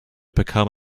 become